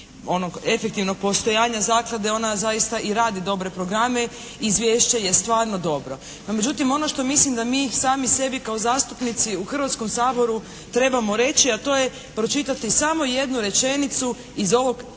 onog efektivnog postojanja zaklade, ona zaista i radi dobre programe, izvješće je stvarno dobro. No, međutim ono što mislim da mi sami sebi kao zastupnici u Hrvatskom saboru trebamo reći, a to je pročitati samo jednu rečenicu iz ovog sjajnog